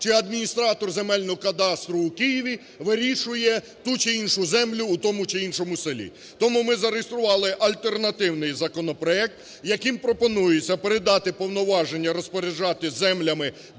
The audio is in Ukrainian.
чи адміністратор земельного кадастру в Києві вирішує ту чи іншу землю у тому чи іншому селі. Тому ми зареєстрували альтернативний законопроект, яким пропонується передати повноваження розпоряджатися землями